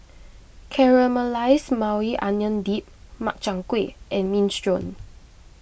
Caramelized Maui Onion Dip Makchang Gui and Minestrone